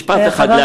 משפט אחד להגיד,